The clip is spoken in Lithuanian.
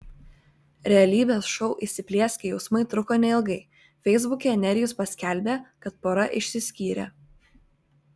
realybės šou įsiplieskę jausmai truko neilgai feisbuke nerijus paskelbė kad pora išsiskyrė